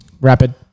rapid